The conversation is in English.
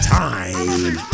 time